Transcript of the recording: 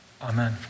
Amen